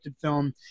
film